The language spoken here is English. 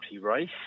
race